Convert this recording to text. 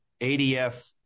ADF